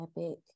Epic